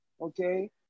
okay